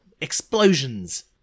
Explosions